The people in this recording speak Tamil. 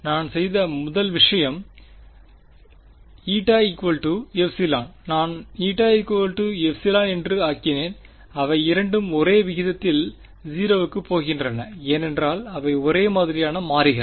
நான் செய்த முதல் விஷயம் η ε நான் η ε என்று ஆக்கினேன் அவையிரண்டும் ஒரே விகிதத்தில் 0 க்குப் போகின்றன ஏனென்றால் அவை ஒரே மாதிரியான மாறிகள்